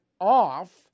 off